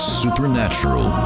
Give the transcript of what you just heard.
supernatural